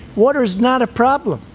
water is not a problem.